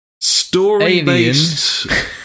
story-based